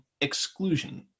exclusion